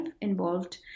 involved